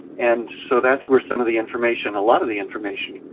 and so that's where some of the information, a lot of the information,